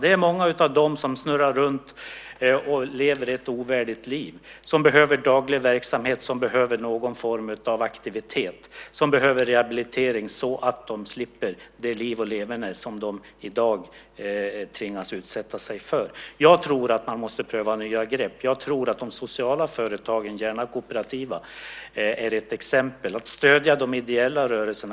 Det är många av dem som snurrar runt och lever ett ovärdigt liv, som behöver daglig verksamhet, som behöver någon form av aktivitet, som behöver rehabilitering, så att de slipper det liv och leverne som de i dag tvingas utsätta sig för. Jag tror att man måste pröva nya grepp. Jag tror att de sociala företagen, gärna kooperativa, är ett exempel - att stödja de ideella rörelserna.